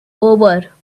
over